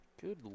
Good